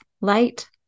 light